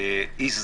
אי סדרים,